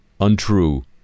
untrue